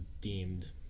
deemed